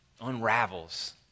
unravels